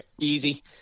Easy